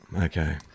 Okay